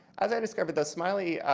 as i discovered, smiley,